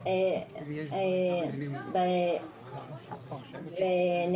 --- טוב, את החלק הראשון אמרת, מה החלק השני?